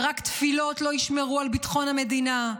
ורק תפילות, לא ישמרו על ביטחון המדינה.